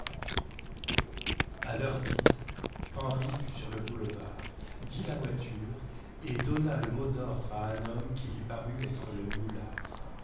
à l'heure dite henri fut sur le boulevard vit la voiture et donna le mot d'ordre à un homme qui lui parut être le